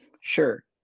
Sure